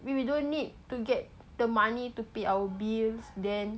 we we don't need to get the money to pay our bills then